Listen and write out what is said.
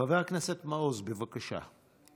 חבר הכנסת מעוז, בבקשה.